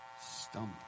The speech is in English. stumble